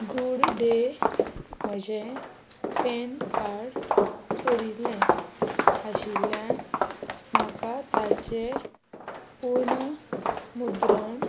good day म्हजें PAN card चोरिल्ले आशिल्ल्यान म्हाका ताचें पुन मुद्रण